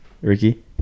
ricky